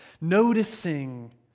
noticing